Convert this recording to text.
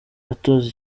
atoza